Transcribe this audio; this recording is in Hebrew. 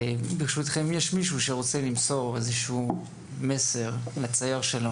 ברשותכם, יש מישהו שרוצה למסור איזשהו מסר לצייר.